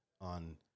on